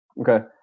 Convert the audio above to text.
Okay